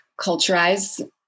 culturize